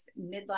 midlife